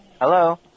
Hello